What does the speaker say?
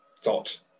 thought